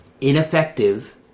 ineffective